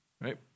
right